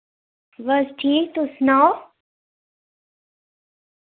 बस ठीक तुस सनाओ